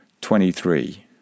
twenty-three